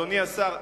אדוני השר,